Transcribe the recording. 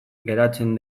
geratzen